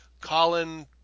Colin